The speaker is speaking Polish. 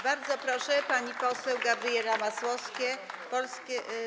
Bardzo proszę, pani poseł Gabriela Masłowska, Polskie.